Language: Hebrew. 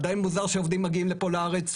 עדיין מוזר שעובדים מגיעים לפה לארץ,